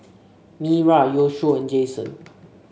Myra Yoshio and Jasen